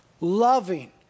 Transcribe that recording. loving